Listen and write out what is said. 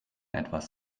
etwas